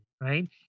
right